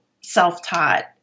self-taught